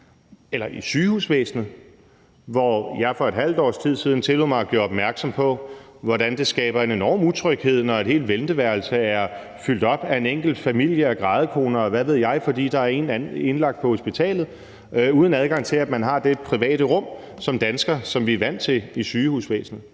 se på sygehusvæsenet, hvor jeg for et halvt års tid siden tillod mig at gøre opmærksom på, hvordan det skaber en enorm utryghed, når et helt venteværelse er fyldt op af en enkelt familie og grædekoner, og hvad ved jeg, fordi der er en indlagt på hospitalet, uden at man har adgang til det private rum, som vi som danskere er vant til i sygehusvæsenet.